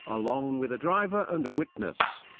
along with a driver and a witness.